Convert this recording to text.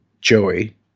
Joey